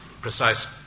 precise